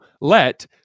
let